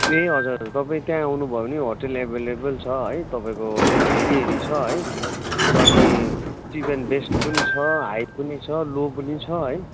ए हजुर तपाईँ त्यहाँ आउनुभयो भने होटल एभाइलेबल छ है तपाईँको होटल हेरी हेरी छ है अनि चिप एन्ट बेस्ट पनि छ हाई पनि छ लो पनि छ है